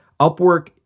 Upwork